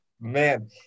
Man